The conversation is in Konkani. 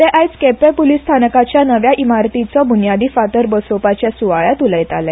ते आयज केपें पुलीस स्टेशनाच्या नव्या इमारतीचो बुन्यादी फातर बसोवपाच्या सुवाळ्यांत उलयताले